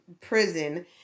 prison